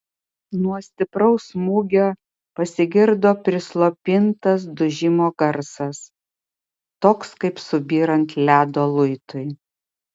nuo stipraus smūgio pasigirdo prislopintas dužimo garsas toks kaip subyrant ledo luitui